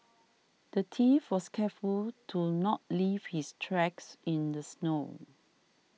the thief was careful to not leave his tracks in the snow